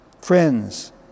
friends